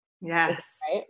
Yes